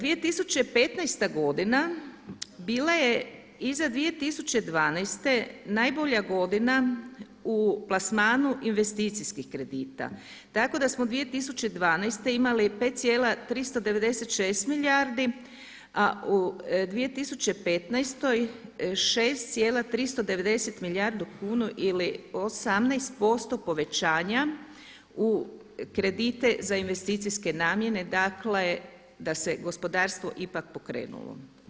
2015. godina bila je iza 2012. najbolja godina u plasmanu investicijskih kredita, tako da smo 2012. imali 5,396 milijardi, a u 2015. 6,390 milijardi kuna ili 18% povećanja u kredite za investicijske namjene, dakle da se gospodarstvo ipak pokrenulo.